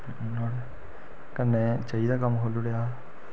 कन्नै चाही दा कम्म खोलुड़ेआ